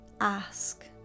Ask